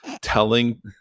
telling